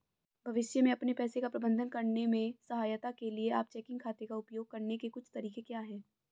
भविष्य में अपने पैसे का प्रबंधन करने में सहायता के लिए आप चेकिंग खाते का उपयोग करने के कुछ तरीके क्या हैं?